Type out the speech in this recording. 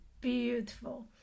beautiful